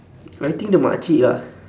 I think the mak cik lah